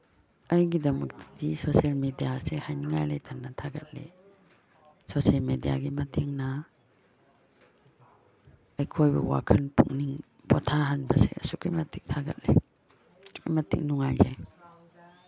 ꯑꯩꯒꯤꯗꯃꯛꯇꯗꯤ social ꯃꯦꯗꯤꯌꯥꯁꯦ ꯍꯥꯏꯅꯤꯉꯥꯏ ꯂꯩꯇꯅ ꯊꯥꯒꯠꯂꯤ ꯁꯣꯁꯦꯜ ꯃꯦꯗꯤꯌꯥꯒꯤ ꯃꯇꯦꯡꯅ ꯑꯩꯈꯣꯏꯕꯨ ꯋꯥꯈꯟ ꯄꯨꯛꯅꯤꯡ ꯄꯣꯊꯥꯍꯟꯕꯁꯦ ꯑꯁꯨꯛꯀꯤ ꯃꯇꯤ ꯊꯥꯒꯠꯂꯦ ꯑꯗꯨꯛꯀꯤ ꯃꯇꯤꯛ ꯅꯨꯡꯉꯥꯏꯖꯩ